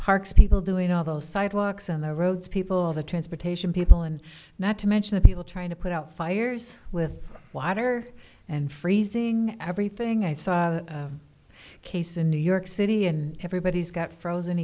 parks people doing all those sidewalks on the roads people the transportation people and not to mention the people trying to put out fires with water and freezing everything i saw case in new york city and everybody's got frozen